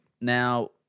Now